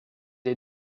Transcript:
les